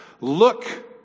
look